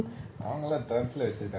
um uh